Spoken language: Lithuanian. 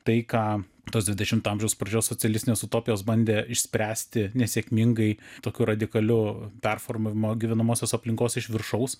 tai ką tos dvidešimto amžiaus pradžios socialistinės utopijos bandė išspręsti nesėkmingai tokiu radikaliu performavimu gyvenamosios aplinkos iš viršaus